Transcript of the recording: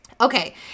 Okay